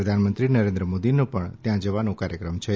પ્રધાનમંત્રી નરેન્દ્ર મોદીનો પણ ત્યાં જવાનો કાર્યક્રમ છે